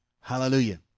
Hallelujah